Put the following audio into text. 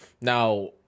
Now